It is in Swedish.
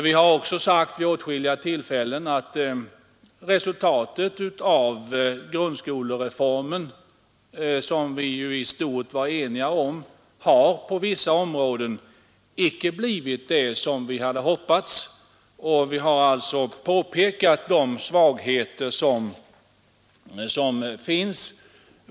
Vi har också många gånger sagt att resultatet av grundskolereformen, som vi ju i stort sett var eniga om, på vissa områden icke har blivit det som vi hade hoppats. Vi har alltså påpekat de svagheter som finns.